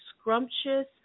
scrumptious